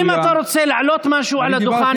אם אתה רוצה להעלות משהו על הדוכן,